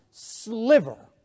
sliver